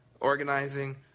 organizing